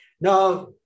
Now